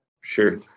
sure